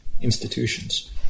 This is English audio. institutions